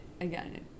again